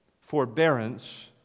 forbearance